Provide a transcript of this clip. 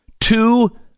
Two